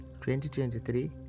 2023